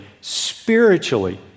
spiritually